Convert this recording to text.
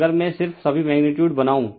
अगर मैं सिर्फ सभी मैग्नीटीयूड बनाऊं